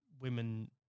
women